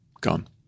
gone